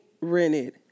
rented